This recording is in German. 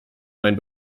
mein